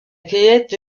cueillette